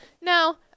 no